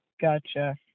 Gotcha